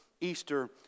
Easter